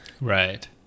Right